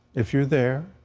if you're there,